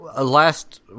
last